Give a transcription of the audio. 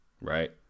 right